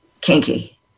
kinky